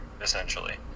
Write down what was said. essentially